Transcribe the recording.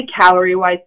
calorie-wise